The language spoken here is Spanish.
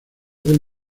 del